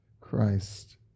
Christ